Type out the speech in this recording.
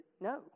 No